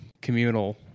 communal